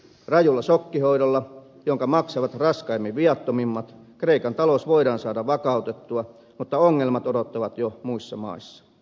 rajulla sokkihoidolla jonka maksavat raskaimmin viattomimmat kreikan talous voidaan saada vakautettua mutta ongelmat odottavat jo muissa maissa